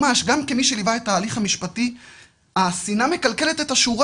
ממש גם כמי שליווה את התהליך המשפטי השנאה מקלקלת את השורה.